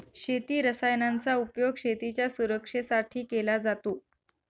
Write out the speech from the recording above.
शेती रसायनांचा उपयोग शेतीच्या सुरक्षेसाठी केला जातो